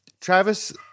travis